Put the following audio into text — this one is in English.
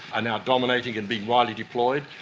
are now dominating and being widely deployed,